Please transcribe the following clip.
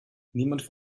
niemand